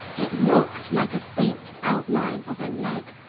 it looked like a faint outline of a leg.